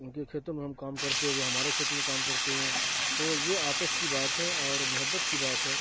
ان کے کھیتوں میں ہم کام کرتے ہیں وہ ہمارے کھیت میں کام کرتے ہیں تو یہ آپس کی بات ہے اور محبت کی بات ہے